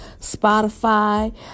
Spotify